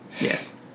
Yes